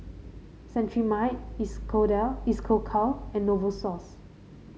Cetrimide Isocal and Novosource